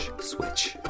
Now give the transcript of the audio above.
switch